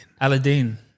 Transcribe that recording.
Aladdin